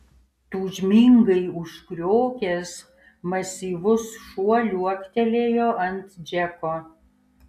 tūžmingai užkriokęs masyvus šuo liuoktelėjo ant džeko